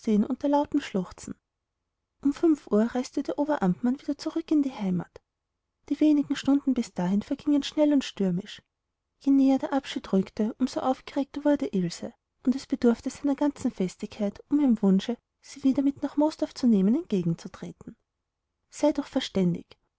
unter lautem schluchzen um fünf uhr reiste der oberamtmann wieder zurück in die heimat die wenigen stunden bis dahin vergingen schnell und stürmisch je näher der abschied rückte desto aufgeregter wurde ilse und es bedurfte seiner ganzen festigkeit um ihrem wunsche sie wieder mit nach moosdorf zu nehmen entgegenzutreten sei doch verständig